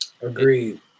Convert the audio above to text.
Agreed